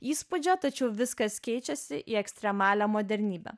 įspūdžio tačiau viskas keičiasi į ekstremalią modernybę